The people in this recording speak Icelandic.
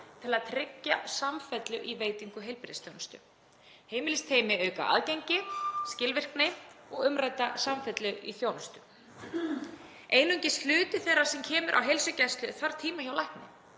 til að tryggja samfellu í veitingu heilbrigðisþjónustu. Heimilisteymi auka aðgengi, skilvirkni og umrædda samfellu í þjónustu. Einungis hluti þeirra sem kemur á heilsugæslu þarf tíma hjá lækni.